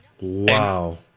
Wow